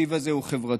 התקציב הזה הוא חברתי.